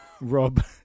Rob